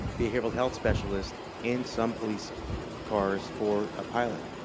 behavioral health specialist in some police cars for a pilot.